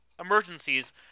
emergencies